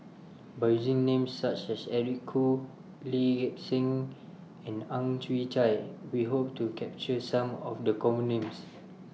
By using Names such as Eric Khoo Lee Gek Seng and Ang Chwee Chai We Hope to capture Some of The Common Names